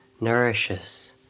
nourishes